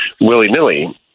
willy-nilly